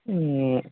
ہوں